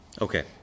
Okay